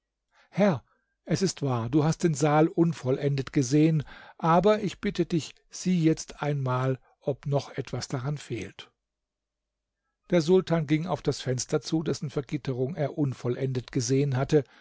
herr es ist wahr du hast den saal unvollendet gesehen aber ich bitte dich sieh jetzt einmal ob noch etwas daran fehlt der sultan ging auf das fenster zu dessen vergitterung er unvollendet gesehen hatte